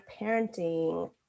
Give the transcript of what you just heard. parenting